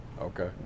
Okay